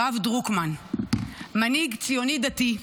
הרב דרוקמן מנהיג ציוני-דתי,